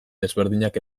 desberdinak